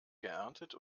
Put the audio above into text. geerntet